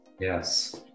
Yes